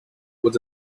with